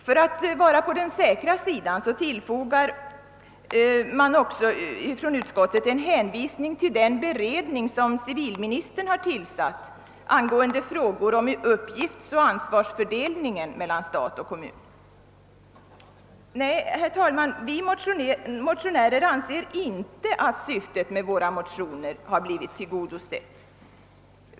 För att vara på den säkra sidan tillfogar utskottet en hänvisning till sitt utlåtande förra året, vari det underströk sin uppfattning om huvudprinciperna i skatteutjämningsssystemet. Men, herr talman, vi motionärer anser inte att syftet med våra motioner har blivit tiligodosett.